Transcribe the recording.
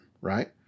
right